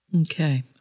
Okay